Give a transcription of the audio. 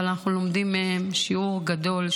אבל אנחנו לומדים מהם שיעור גדול,